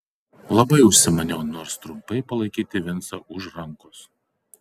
labai užsimaniau nors trumpai palaikyti vincą už rankos